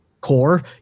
core